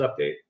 update